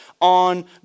on